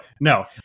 no